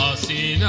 see